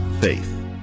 faith